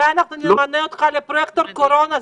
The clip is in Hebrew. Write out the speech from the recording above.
אולי אנחנו נמנה אותך לפרויקטור קורונה?